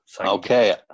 okay